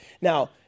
Now